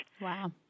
Wow